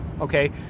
okay